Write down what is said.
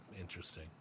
Interesting